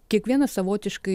kiekvienas savotiškai